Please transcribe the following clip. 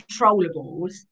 controllables